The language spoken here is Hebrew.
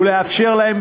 ולאפשר להם,